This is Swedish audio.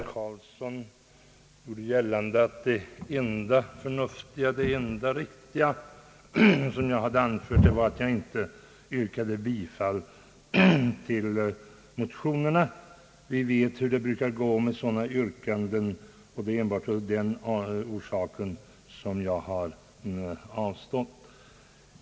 Herr talman! Utskottets talesman herr Göran Karlsson gjorde gällande att det enda förnuftiga och riktiga som jag hade anfört var att jag inte yrkade bifall till motionerna. Vi vet hur det brukar gå med sådana yrkanden, och det är enbart av den orsaken som jag har avstått.